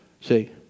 See